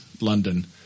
London